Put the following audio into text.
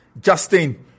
Justin